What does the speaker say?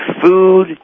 food